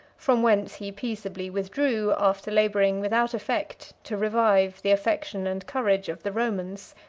from whence he peaceably withdrew, after laboring, without effect, to revive the affection and courage of the romans.